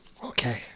Okay